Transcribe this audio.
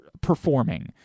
performing